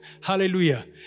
Hallelujah